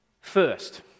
First